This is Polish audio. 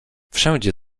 wszędzie